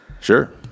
Sure